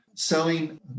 selling